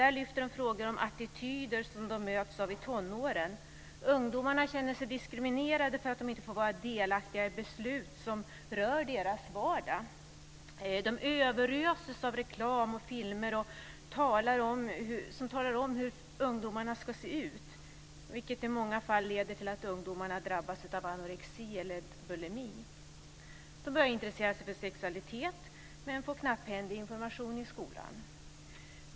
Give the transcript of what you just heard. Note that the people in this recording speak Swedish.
Där lyfts frågor fram om attityder som man möts av i tonåren. Ungdomarna känner sig diskriminerade därför att de inte får vara delaktiga i beslut som rör deras vardag. De överöses av reklam och filmer som talar om hur ungdomar ska se ut, vilket i många fall leder till att ungdomar drabbas av anorexi eller bulimi. De börjar också intressera sig för sexualitet men får knapphändig information i skolan.